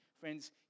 Friends